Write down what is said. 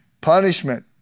punishment